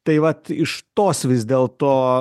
tai vat iš tos vis dėl to